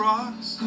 Rocks